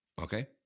Okay